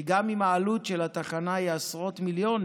כי גם אם העלות של התחנה היא עשרות מיליונים,